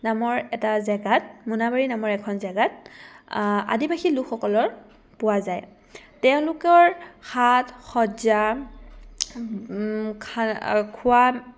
নামৰ এটা জেগাত মোনাবাৰী নামৰ এখন জেগাত আদিবাসী লোকসকলৰ পোৱা যায় তেওঁলোকৰ সজ্জা